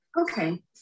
Okay